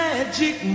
magic